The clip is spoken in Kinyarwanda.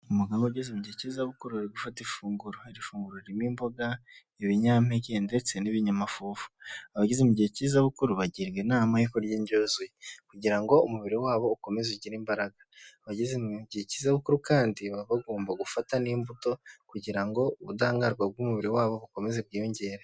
Umuntu aba ageze mu gihe cyiza gufata ifunguro. Hari ifunguro ririmo imboga, ibinyampeke ndetse n'ibinyamafufu. Abageze mu gihe k'izabukuru bagirwa inama yo kurya indyo yuzuye kugira ngo umubiri wabo ukomeze ugire imbaraga. Abageze gihe k'izabukuru kandi baba bagomba gufata n'imbuto kugira ngo ubudahangarwa bw'umubiri wabo bukomeze bwiyongere.